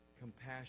compassion